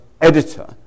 editor